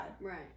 Right